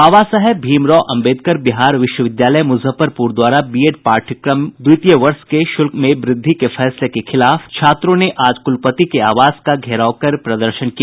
बाबा साहेब भीम राव अम्बेदकर बिहार विश्वविद्यालय मुजफ्फरपूर द्वारा बीएड पाठ्यक्रम द्वितीय वर्ष के शुल्क में व्रद्वि के फैसले के खिलाफ छात्रों ने आज कुलपति के आवास का घेराव कर प्रदर्शन किया